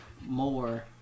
more